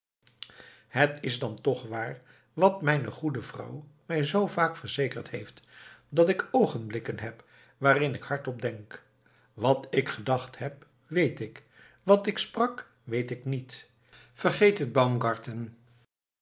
het is dan toch waar wat mijne goede vrouw mij zoo vaak verzekerd heeft dat ik oogenblikken heb waarin ik hardop denk wat ik gedacht heb weet ik wat ik sprak weet ik niet vergeet het